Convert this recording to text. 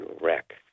wreck